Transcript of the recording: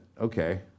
okay